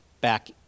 back